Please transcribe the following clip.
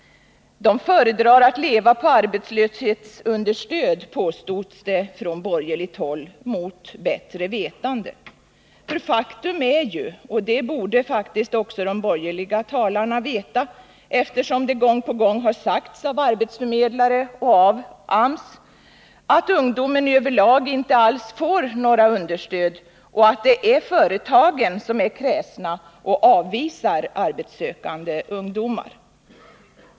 De föredrar att leva på arbetslöshetsunderstöd, påstod de borgerliga mot bättre vetande. Faktum är — och det borde faktiskt också de borgerliga talarna veta, eftersom det gång på gång sagts av arbetsförmedlare och av AMS —- att ungdomen över lag inte alls får några understöd och att det är företagen som är kräsna och avvisar arbetssökande ungdomar.